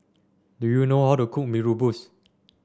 do you know how to cook Mee Rebus